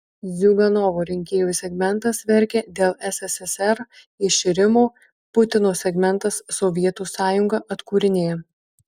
ziuganovo rinkėjų segmentas verkia dėl sssr iširimo putino segmentas sovietų sąjungą atkūrinėja